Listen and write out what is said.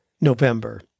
November